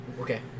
Okay